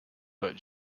but